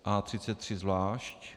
A33 zvlášť.